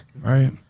Right